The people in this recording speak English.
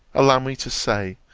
allow me to say,